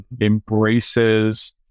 embraces